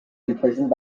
imprisoned